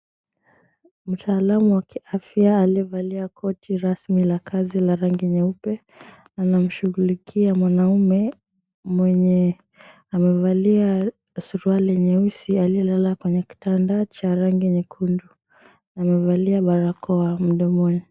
Mtaalamu wa kiafya aliyevalia koti rasmi la kazi la rangi nyeupe anamshughulikia mwanaume mwenye amevalia suruali nyeusi aliyelala kwenye kitanda cha rangi nyekundu amevalia barakoa mdomoni.